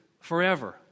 forever